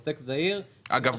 עוסק זעיר צריך --- אגב,